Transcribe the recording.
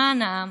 למען העם,